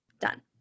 done